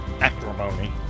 acrimony